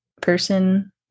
person